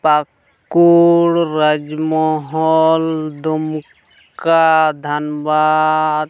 Pakur Rajmahal Dumka Dhanbad